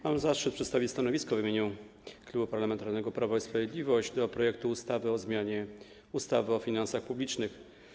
Mam zaszczyt przedstawić stanowisko w imieniu Klubu Parlamentarnego Prawo i Sprawiedliwość wobec projektu ustawy o zmianie ustawy o finansach publicznych.